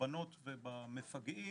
בקורבנות ובמפגעים,